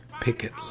picket